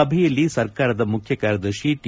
ಸಭೆಯಲ್ಲಿ ಸರ್ಕಾರದ ಮುಖ್ಯಕಾರ್ಯದರ್ತಿ ಟಿ